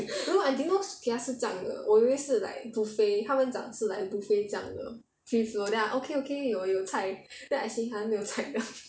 no I didn't know sukiya 是这样的我以为是 like buffet 他们讲是 like buffet 这样的 free flow then I okay okay 我有菜 then I see !huh! 没有菜的